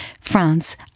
France